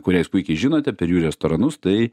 kurią jūs puikiai žinote per jų restoranus tai